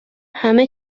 همه